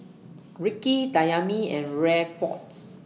Ricki Dayami and Rayford's